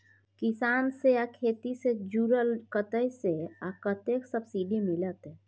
किसान से आ खेती से जुरल कतय से आ कतेक सबसिडी मिलत?